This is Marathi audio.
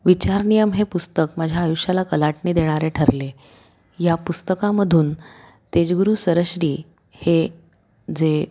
विचार नियम हे पुस्तक माझ्या आयुष्याला कलाटणी देणारे ठरले ह्या पुस्तकामधून तेजगुरू सरश्री हे जे